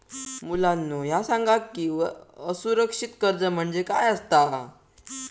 मुलांनो ह्या सांगा की असुरक्षित कर्ज म्हणजे काय आसता?